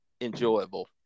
enjoyable